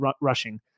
rushing